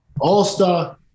all-star